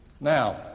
Now